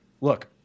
look